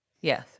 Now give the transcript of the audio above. Yes